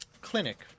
clinic